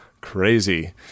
crazy